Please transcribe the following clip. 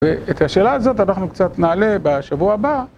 את השאלה הזאת אנחנו קצת נעלה בשבוע הבא.